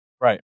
Right